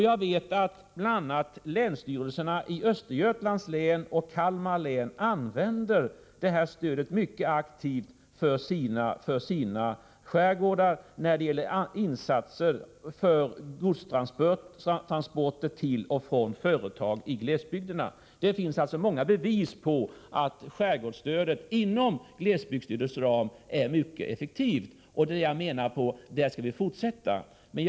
Jag vet att bl.a. länsstyrelserna i Östergötlands län och i Kalmar län använder detta stöd mycket aktivt för sina skärgårdar när det gäller insatser för godstransporter till och från företag i glesbygderna. Det finns alltså många bevis på att skärgårdsstödet inom glesbygdsstödets ram är mycket effektivt. Jag menar att vi skall fortsätta där.